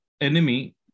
enemy